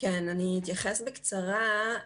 אני אתייחס בקצרה.